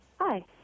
hi